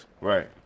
Right